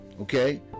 Okay